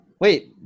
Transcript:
Wait